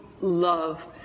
love